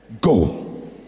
go